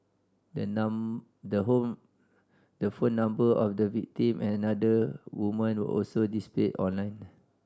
the the home the phone number of the victim another woman were also displayed on lines